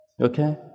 Okay